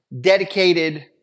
dedicated